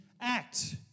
Act